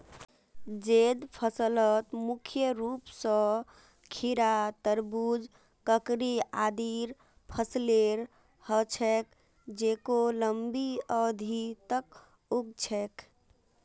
जैद फसलत मुख्य रूप स खीरा, तरबूज, ककड़ी आदिर फसलेर ह छेक जेको लंबी अवधि तक उग छेक